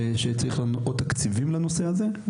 שצריך עוד תקציבים לנושא הזה,